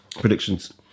predictions